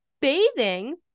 bathing